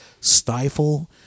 stifle